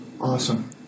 Awesome